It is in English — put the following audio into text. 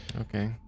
okay